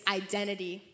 identity